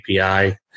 API